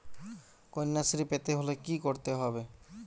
কন্যাশ্রী পেতে হলে কি করতে হবে?